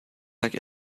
like